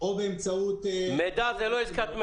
או באמצעות רשויות לאומיות --- מידע זה לא עסקת מכר.